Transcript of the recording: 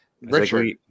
Richard